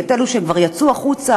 את אלו שכבר יצאו החוצה,